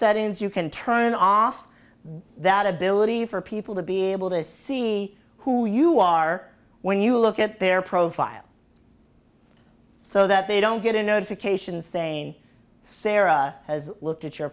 settings you can turn off that ability for people to be able to see who you are when you look at their profile so that they don't get a notification saying sarah has looked at your